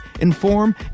inform